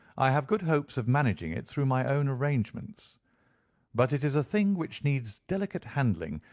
i have good hopes of managing it through my own arrangements but it is a thing which needs delicate handling,